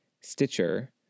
Stitcher